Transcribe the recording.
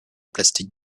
plastic